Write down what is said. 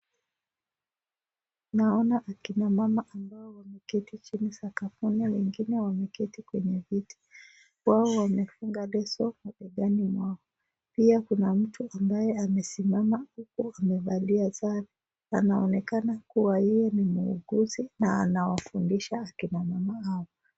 Naona akina mama ambao wameketi chini sakafuni, wengine wameketi kwenye viti, wao wamefunga leso mabegani mwao, pia kuna mtu ambaye amesimama huku amevalia sare, anaoenkana kuwa yeye ni muuguzi na anawafundisha akina mama hao.